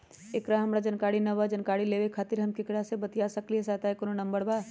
एकर हमरा जानकारी न बा जानकारी लेवे के खातिर हम केकरा से बातिया सकली ह सहायता के कोनो नंबर बा?